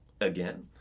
again